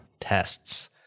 tests